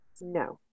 No